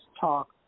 Talk